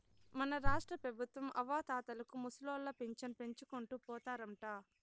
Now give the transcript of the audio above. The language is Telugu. మన రాష్ట్రపెబుత్వం అవ్వాతాతలకు ముసలోళ్ల పింఛను పెంచుకుంటూ పోతారంట